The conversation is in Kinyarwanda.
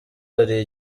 hari